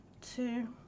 two